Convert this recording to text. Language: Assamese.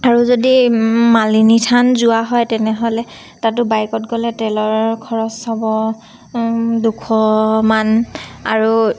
আৰু যদি মালিনী থান যোৱা হয় তেনেহ'লে তাতো বাইকত গ'লে তেলৰ খৰচ হ'ব দুশমান আৰু